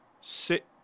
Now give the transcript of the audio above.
sit